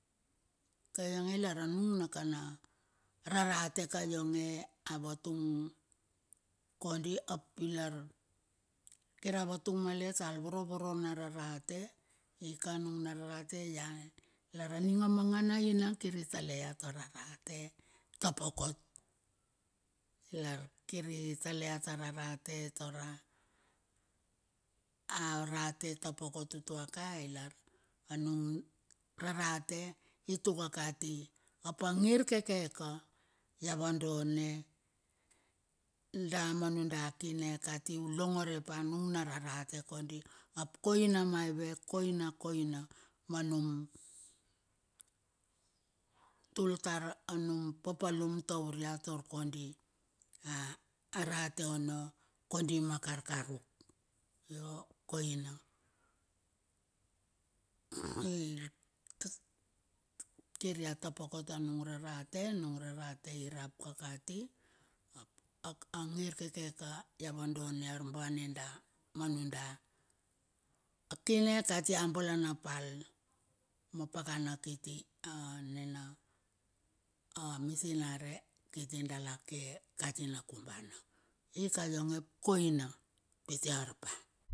Ika ionge lar a nung nak ana rarate kai onge a vatung kodi ap ilar kir a vatung malet al vorovoro na rarate. Ika nung na rarate ia. Lar a ning a manga na ina kir itale ia tar arate tapokot, ilar kir itale tar arate taura, arate tapokot utuoka ilar anung rarate ituka kati ap a ngir kekeka ia va done da ma nuda kine kati. Ulongore pa nung na rarate kondi ap koina maive koina koina ma num tul tar a num papalum taur ia tar kondi, a arate ono kondi ma karkaruk. Io koina kir ia tapo kot anung rarate. Anung rarate irap ka kati. ap angir keke ka ia vadoane ar bane da. Ma nunda kine katia balanapal. Ma pakana kiti anina misinare kiti dala ke kati nakubana. Ika ionge ap koina pite arpa.